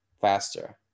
faster